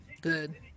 Good